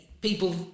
people